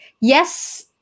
Yes